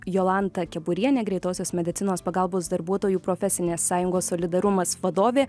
jolanta keburienė greitosios medicinos pagalbos darbuotojų profesinės sąjungos solidarumas vadovė